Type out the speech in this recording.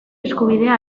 eskubidea